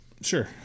Sure